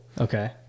Okay